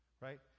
right